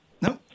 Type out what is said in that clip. No